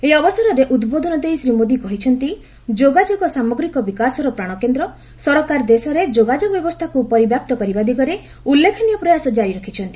ଏହି ଅବସରରେ ଉଦ୍ବୋଧନ ଦେଇ ଶ୍ରୀ ମୋଦି କହିଛନ୍ତି ଯୋଗାଯୋଗ ସାମଗ୍ରୀକ ବିକାଶର ପ୍ରାଶକେନ୍ଦ୍ର ସରକାର ଦେଶରେ ଯୋଗାଯୋଗ ବ୍ୟବସ୍ଥାକୁ ପରିବ୍ୟାପ୍ତ କରିବା ଦିଗରେ ଉଲ୍ଲେଖନୀୟ ପ୍ରୟାସ ଜାରି ରଖିଛନ୍ତି